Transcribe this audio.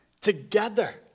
Together